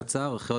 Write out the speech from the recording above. (איסור פגיעה ביבוא מקביל או ביבוא אישי) (הוראת שעה),